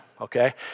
okay